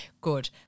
Good